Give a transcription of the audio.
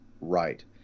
right